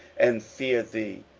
and fear thee,